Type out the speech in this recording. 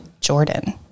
Jordan